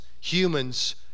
humans